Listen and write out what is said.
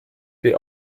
die